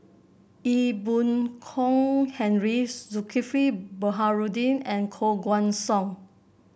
Ee Boon Kong Henry Zulkifli Baharudin and Koh Guan Song